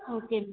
okay ma'am